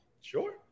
sure